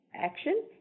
action